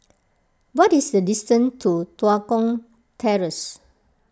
what is the distance to Tua Kong Terrace